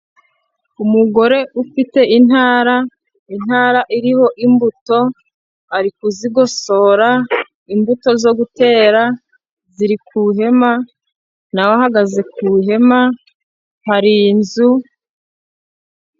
Umugore ufite intara, intara iriho imbuto, ari kuzigosora, imbuto zo gutera ziri ku hema, na we ahagaze ku hema hari inzu...